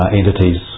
entities